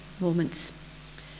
moments